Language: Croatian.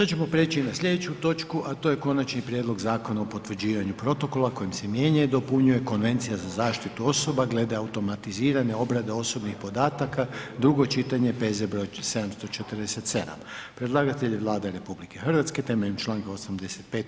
Sad ćemo preći na sljedeću točku, a to je: - Konačni prijedlog Zakona o potvrđivanju protokola kojim se mijenja i dopunjuje Konvencija za zaštitu osoba glede automatizirane obrade osobnih podataka, drugo čitanje, P.Z. br. 747; Predlagatelj je Vlada RH temeljem čl. 85.